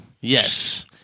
Yes